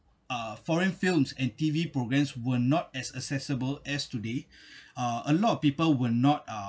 a foreign films and tv programmes were not as accessible as today uh a lot of people were not uh